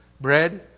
Bread